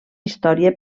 història